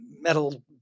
metal